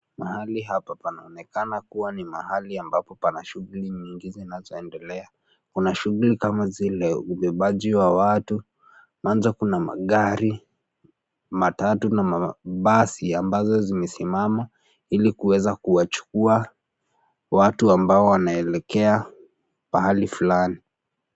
Mahali hapa panaonekana kuwa ni mahali ambapo pana shughuli mingi zinazoendelea, kuna shughuli kama zile ubebaji wa watu, mwanzo kuna magari, matatu, na mabasi ambazo zimesimama, ilikuweza kuwachukua, watu ambao wanaelekea, pahali fulani.